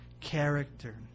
character